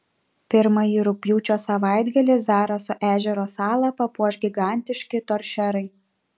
pirmąjį rugpjūčio savaitgalį zaraso ežero salą papuoš gigantiški toršerai